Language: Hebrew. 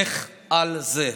לך על זה.